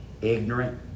ignorant